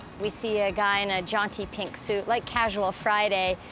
we see a guy in a jaunty, pink suit, like casual friday,